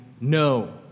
no